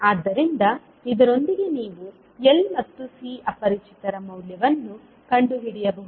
ಆದ್ದರಿಂದ ಇದರೊಂದಿಗೆ ನೀವು L ಮತ್ತು C ಅಪರಿಚಿತರ ಮೌಲ್ಯವನ್ನು ಕಂಡುಹಿಡಿಯಬಹುದು